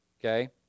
Okay